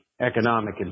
economic